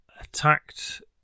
attacked